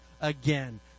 again